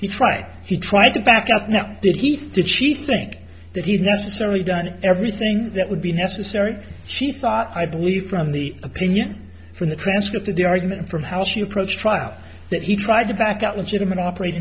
he tried he tried to back out now did he think she think that he necessarily done everything that would be necessary she thought i believe from the opinion from the transcript of the argument from how she approached trial that he tried to back out legitimate operat